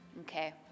okay